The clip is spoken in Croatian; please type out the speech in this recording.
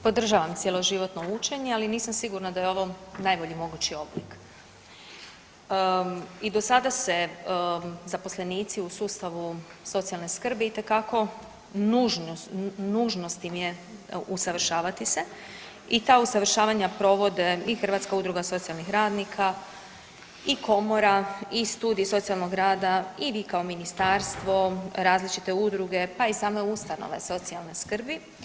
Podržavam cjeloživotno učenja, ali nisam sigurna da je ovo najbolji mogući oblik i do sada se zaposlenici u sustavu socijalne skrbi itekako nužnost im je usavršavati se i ta usavršavanja provode i Hrvatska udruga socijalnih radnika i Komora i studij socijalnog rada i vi kao Ministarstvo, različite udruge, pa i same ustanove socijalne skrbi.